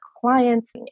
clients